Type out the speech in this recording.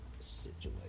situation